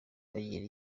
bagira